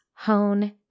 hone